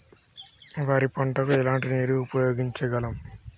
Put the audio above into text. వరి పంట కు ఎలాంటి నీరు ఉపయోగించగలం?